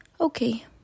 Okay